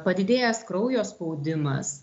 padidėjęs kraujo spaudimas